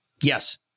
Yes